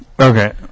okay